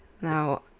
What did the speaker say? now